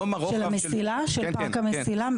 של פארק המסילה?